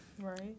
Right